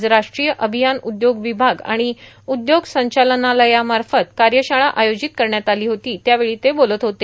आज राष्ट्रीय अभियान उद्योग विभाग आणि उद्योग संचालनालयामार्फत कार्यशाळा आयोजित करण्यात आली होती त्यावेळी ते बोलत होते